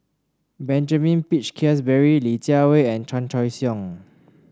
Benjamin Peach Keasberry Li Jiawei and Chan Choy Siong